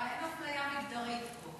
את רואה, אין אפליה מגדרית פה.